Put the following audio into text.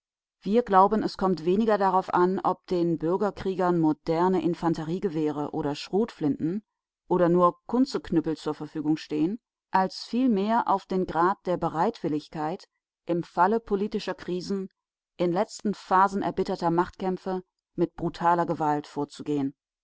wir glauben es kommt weniger darauf an ob den bürgerkriegern moderne infanteriegewehre oder schrotflinten oder nur kunze-knüppel zur verfügung stehen als vielmehr auf den grad der bereitwilligkeit im falle politischer krisen in letzten phasen erbitterter machtkämpfe mit brutaler gewalt vorzugehen